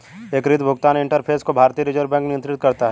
एकीकृत भुगतान इंटरफ़ेस को भारतीय रिजर्व बैंक नियंत्रित करता है